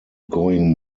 going